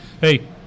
Hey